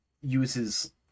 uses